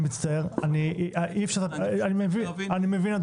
אני מבין,